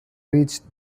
reached